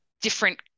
different